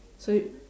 so you